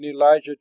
Elijah